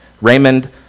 Raymond